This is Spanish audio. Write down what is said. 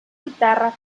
guitarra